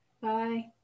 Bye